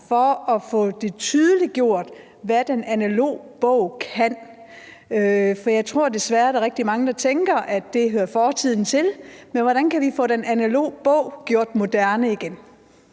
for at få tydeliggjort, hvad den analoge bog kan? For jeg tror desværre, der er rigtig mange, der tænker, at det hører fortiden til. Men hvordan kan vi få den analoge bog gjort moderne igen?